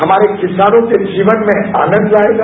हमारे किसानों के जीवन में आनंद लाएगा